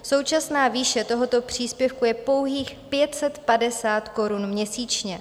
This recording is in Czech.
Současná výše tohoto příspěvku je pouhých 550 korun měsíčně.